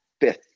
fifth